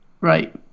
Right